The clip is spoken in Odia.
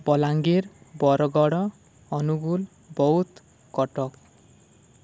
ବଲାଙ୍ଗୀର ବରଗଡ଼ ଅନୁଗୁଳ ବୌଦ୍ଧ କଟକ